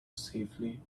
safely